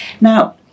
Now